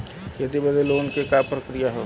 खेती बदे लोन के का प्रक्रिया ह?